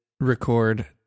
record